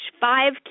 Five